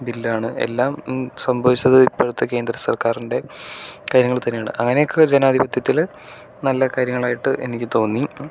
ബില്ലാണ് എല്ലാം സംഭവിച്ചത് ഇപ്പോഴത്തെ കേന്ദ്ര സർക്കാരിൻ്റെ കാര്യങ്ങളിൽ തന്നെയാണ് അങ്ങനെയൊക്കെ ജനാധിപത്യത്തില് നല്ല കാര്യങ്ങളായിട്ട് എനിക്ക് തോന്നി